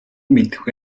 мэдэх